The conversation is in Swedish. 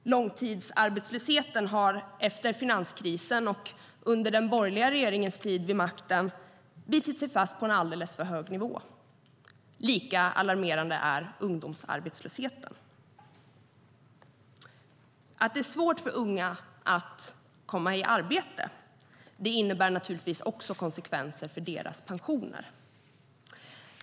Långtidsarbetslösheten har efter finanskrisen och under den borgerliga regeringens tid vid makten bitit sig fast på en alldeles för hög nivå. Lika alarmerande är ungdomsarbetslösheten. Att det är svårt för unga att komma i arbete innebär naturligtvis konsekvenser för deras pensioner.